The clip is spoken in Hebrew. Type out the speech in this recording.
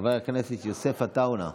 חבר הכנסת יוסף עטאונה,